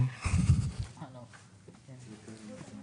הן בגליל,